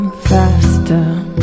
Faster